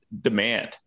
demand